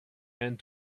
and